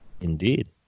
Indeed